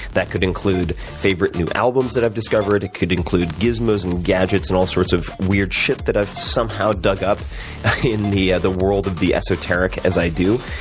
that could include favorite new albums that i've discovered. it could include gizmos and gadgets and all sorts of weird shit that i've somehow dug up in the yeah the world of the esoteric as i do.